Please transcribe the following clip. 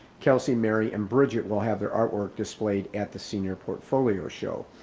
kelsey, mary and bridget will have their artwork displayed at the senior portfolio show.